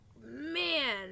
man